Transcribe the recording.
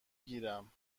گیرم